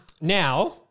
Now